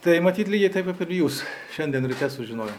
tai matyt lygiai taip kaip ir jūs šiandien ryte sužinojau